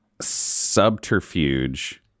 subterfuge